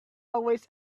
always